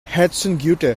herzensgüte